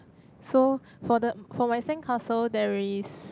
so for the for my sandcastle there is